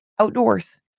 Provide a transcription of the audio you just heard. outdoors